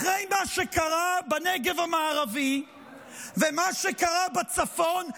אחרי מה שקרה בנגב המערבי ומה שקרה בצפון,